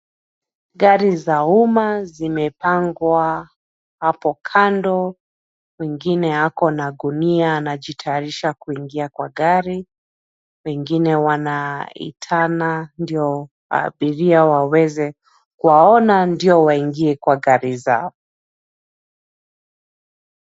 Gari za umma zimepangwa hapo kando, mwengine ako na gunia anajitayarisha kuingia kwa gari, wengine wanaitana ndio abiria waweze kuwaona ndio waingie kwa gari zao.